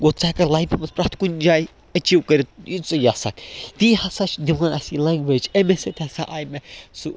گوٚو ژٕ ہٮ۪ککھ لایفہِ منٛز پرٛٮ۪تھ کُنہِ جایہِ اٮ۪چیٖو کٔرِتھ یہِ ژٕ یَژھکھ تی ہَسا چھِ دِوان اَسہِ یہِ لنٛگویج اَمی سۭتۍ ہَسا آے مےٚ سُہ